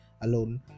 alone